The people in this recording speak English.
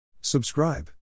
Subscribe